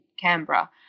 Canberra